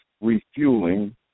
refueling